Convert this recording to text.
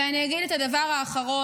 ואני אגיד את הדבר האחרון,